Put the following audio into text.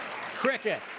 Cricket